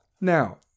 Now